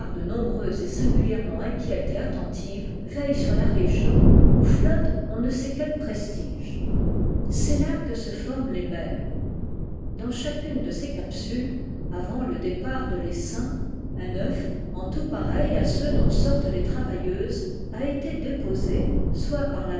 garde nombreuse et singulièrement inquiète et attentive veille sur la région oîi flotte on ne sait quel prestige c'est là que se forment les mères dans chacune de ces capsules avant le départ de tessaim un œuf en tout pareil à ceux dont sortent les travailleuses a été déposé soit par la